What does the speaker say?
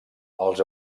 els